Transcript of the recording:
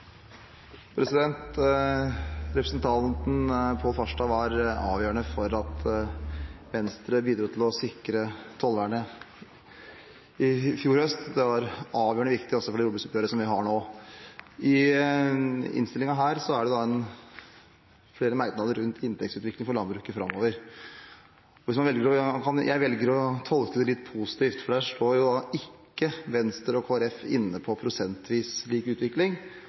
Representanten Pål Farstad var avgjørende for at Venstre bidro til å sikre tollvernet i fjor høst. Det var avgjørende viktig også for det jordbruksoppgjøret vi har nå. I innstillingen er det flere merknader rundt inntektsutvikling for landbruket framover. Jeg velger å tolke det litt positivt, for der er ikke Venstre og Kristelig Folkeparti med på det som gjelder prosentvis lik utvikling,